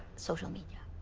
social media.